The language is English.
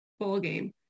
ballgame